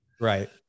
Right